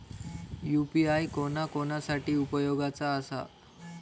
UPI कोणा कोणा साठी उपयोगाचा आसा?